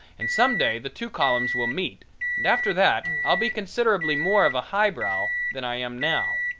and some day the two columns will meet and after that i'll be considerably more of a highbrow than i am now.